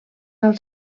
alt